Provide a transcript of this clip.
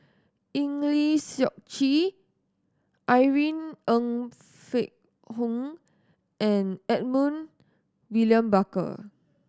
Eng Lee Seok Chee Irene Ng Phek Hoong and Edmund William Barker